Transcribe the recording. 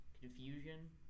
confusion